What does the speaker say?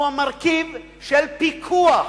שהוא המרכיב של פיקוח,